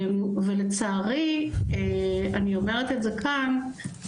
לצערי, ואני אומרת זאת כאן,